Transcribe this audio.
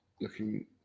looking